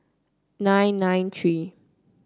nine nine three